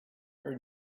her